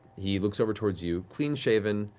he looks over towards you, clean-shaven,